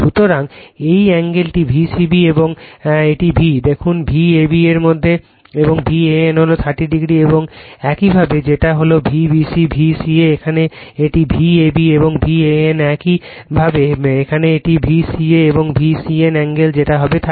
সুতরাং এই এ্যাঙ্গেলটি V c b এবং এই V দেখুন V ab er মধ্যে এবং V AN হলো 30o এবং একইভাবে যেটা হলো V bc V c a এখানে এটি V ab এবং V AN একইভাবে এখানে এটি V c a এবং V CN এ্যাঙ্গেল যেটা হবে 30o